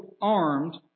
armed